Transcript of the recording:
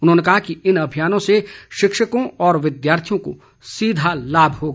उन्होंने कहा कि इन अभियानों से शिक्षकों और विद्यार्थियों को सीधा लाभ होगा